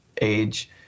age